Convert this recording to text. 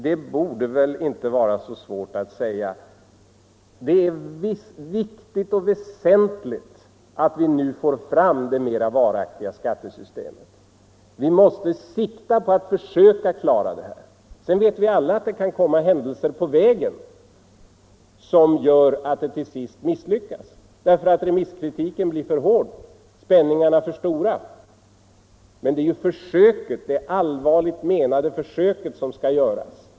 Det borde väl inte vara så svårt att säga: Det är viktigt och väsentligt att vi nu får fram det mera varaktiga skattesystemet. Vi måste sikta på att försöka klara det! Sedan vet vi alla att det kan komma 170 hinder på vägen som gör att vi till sist misslyckas — remisskritiken blir för hård, spänningarna för stora. Men det är försöket, det allvarligt menade försöket som skall göras.